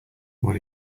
what